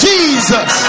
Jesus